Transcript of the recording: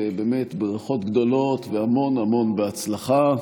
ובאמת ברכות גדולות והמון המון בהצלחה.